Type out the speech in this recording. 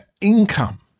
income